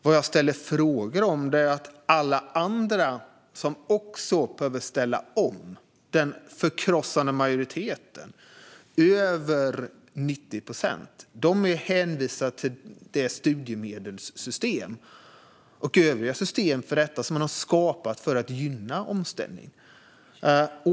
Vad jag ställer frågor om är att alla andra, som också behöver ställa om, den förkrossande majoriteten, över 90 procent, är hänvisade till det studiemedelssystem och övriga system för detta som har skapats för att gynna omställning.